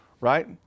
Right